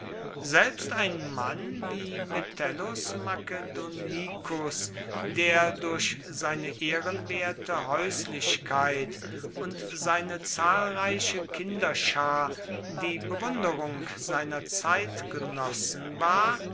selbst ein mann wie metellus macedonicus der durch seine ehrenwerte häuslichkeit und seine zahlreiche kinderschar die bewunderung seiner zeitgenossen war